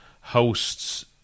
hosts